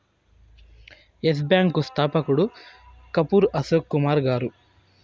yes bank స్థాపకుడు కపూర్ అశోక్ కుమార్ గారు